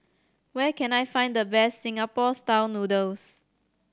where can I find the best Singapore Style Noodles